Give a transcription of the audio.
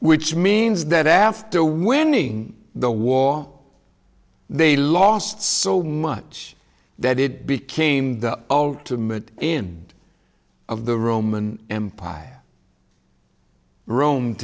which means that after winning the war they lost so much that it became the ultimate end of the roman empire rome